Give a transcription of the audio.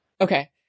Okay